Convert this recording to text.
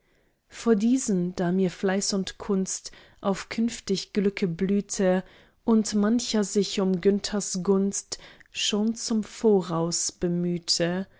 vor diesem da mir fleiß und kunst auf künftig glücke blühte und mancher sich um günthers gunst schon zum voraus bemühte